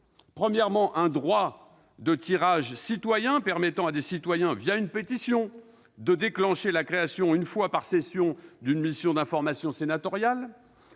Premièrement, un droit de tirage citoyen permettrait à des citoyens, une pétition, de déclencher la création, une fois par session, d'une mission d'information sénatoriale.